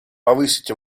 повысить